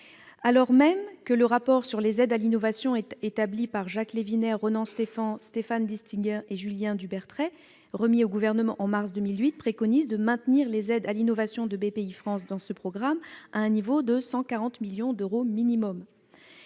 alors même que le rapport sur les aides à l'innovation, élaboré par Jacques Lewiner, Ronan Stephan, Stéphane Distinguin et Julien Dubertret, et remis au Gouvernement en mars 2018, préconise de maintenir les aides à l'innovation de Bpifrance inscrites dans le programme 192 à un niveau de 140 millions d'euros minimum.